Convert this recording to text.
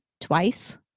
twice